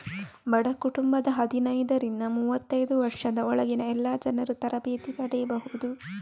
ಬಡ ಕುಟುಂಬದ ಹದಿನೈದರಿಂದ ಮೂವತ್ತೈದು ವರ್ಷದ ಒಳಗಿನ ಎಲ್ಲಾ ಜನರೂ ತರಬೇತಿ ಪಡೀಬಹುದು